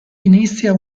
inizia